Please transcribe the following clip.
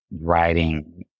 writing